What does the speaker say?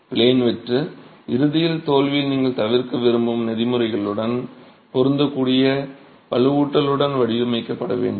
plane வெட்டு இறுதியில் தோல்வியில் நீங்கள் தவிர்க்க விரும்பும் பொறிமுறைகளுடன் பொருந்தக்கூடிய வலுவூட்டலுடன் வடிவமைக்கப்பட வேண்டும்